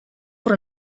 por